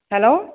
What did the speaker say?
hello